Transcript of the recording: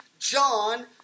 John